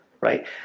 right